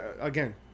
Again